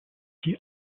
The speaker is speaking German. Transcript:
die